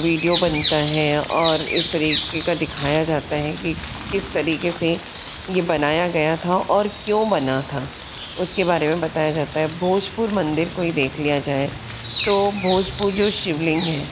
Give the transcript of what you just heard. video बनता है और इस तरीक़े का दिखाया जाता है कि किस तरीक़े से ये बनाया गया था और क्यों बना था उसके बारे में बताया जाता है भोजपुर मंदिर को ही देख लिया जाए तो भोजपुर जो शिवलिंग है